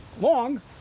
long